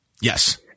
Yes